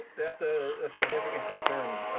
that's a a significant concern.